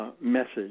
Message